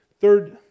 Third